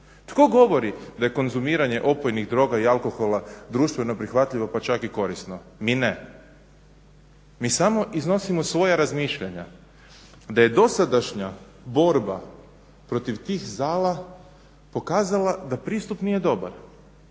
Tko govori da je konzumiranje opojnih droga i alkohola društveno prihvatljivo pa čak i korisno? Mi ne. Mi samo iznosimo svoja razmišljanja, da je dosadašnja borba protiv tih zala pokazala da pristup nije dobar